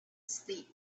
sleep